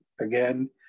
again